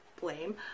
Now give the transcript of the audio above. blame